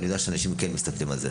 ואני יודע שאנשים כן מסתכלים על זה,